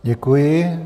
Děkuji.